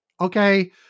Okay